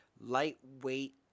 lightweight